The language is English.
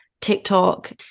TikTok